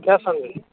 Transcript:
क्या समझे